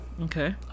okay